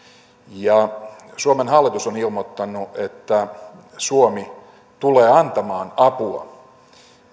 ja suomen hallitus on ilmoittanut että suomi tulee antamaan apua